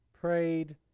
prayed